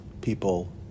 people